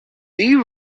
you